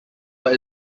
but